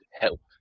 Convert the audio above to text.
help